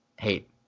hate